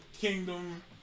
kingdom